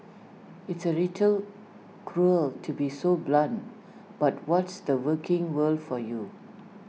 it's A little cruel to be so blunt but what's the working world for you